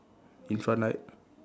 in front light